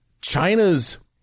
China's